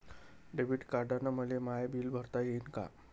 Debit कार्डानं मले माय बिल भरता येईन का?